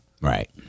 Right